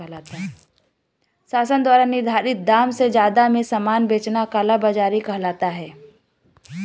शासन द्वारा निर्धारित दाम से जादा में सामान बेचना कालाबाज़ारी कहलाला